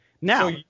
Now –